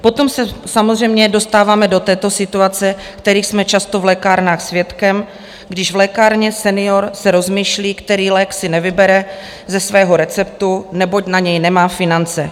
Potom se samozřejmě dostáváme do situací, kterých jsme často v lékárnách svědkem, když v lékárně senior se rozmýšlí, který lék si nevybere ze svého receptu, neboť na něj nemá finance.